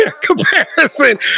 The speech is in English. comparison